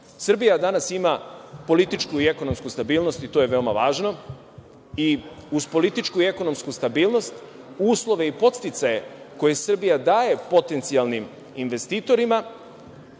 danas ima političku i ekonomsku stabilnost i to je veoma važno i uz političku i ekonomsku stabilnost uslove i podsticaje koje Srbija daje potencijalnim investitorima